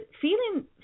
feeling